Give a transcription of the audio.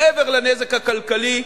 מעבר לנזק הכלכלי,